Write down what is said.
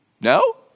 no